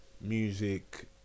Music